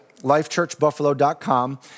lifechurchbuffalo.com